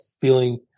feeling